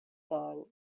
song